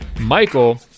Michael